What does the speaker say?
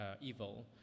evil